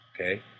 okay